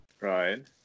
Right